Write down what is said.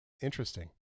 Interesting